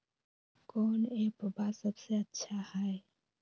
कौन एप्पबा सबसे अच्छा हय?